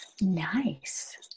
Nice